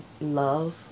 love